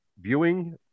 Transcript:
viewing